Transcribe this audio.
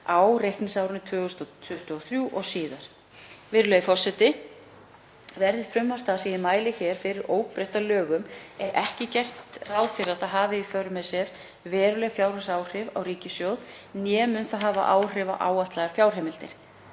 á reikningsárinu 2023 og síðar. Virðulegur forseti. Verði frumvarp það sem ég mæli hér fyrir óbreytt að lögum er ekki gert ráð fyrir að það hafi í för með sér veruleg fjárhagsáhrif á ríkissjóð né mun það hafa áhrif á áætlaðar fjárheimildir.